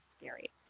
scary